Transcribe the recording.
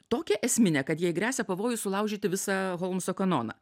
tokią esminę kad jai gresia pavojus sulaužyti visą holmso kanoną